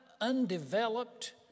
undeveloped